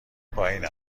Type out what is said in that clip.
پایین